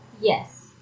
Yes